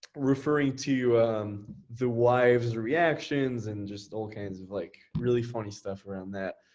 referring to the wives reactions and just all kinds of like really funny stuff around that.